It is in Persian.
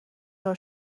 دار